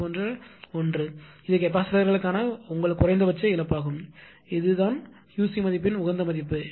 இது போன்ற ஒன்று இருக்கும் இது கெப்பாசிட்டர்க்கான உங்கள் குறைந்தபட்ச இழப்பாகும் இது இதுதான் QC மதிப்பின் உகந்த மதிப்பு